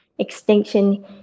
extinction